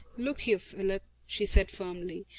look here, philip, she said firmly,